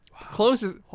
closest